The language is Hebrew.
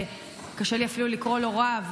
קשה לי אפילו לקרוא לו רב,